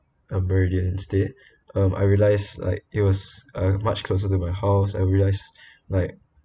uh meridian instead um I realised like it was uh much closer to my house and realised like